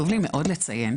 חשוב לי מאוד לציין,